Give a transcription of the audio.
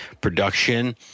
production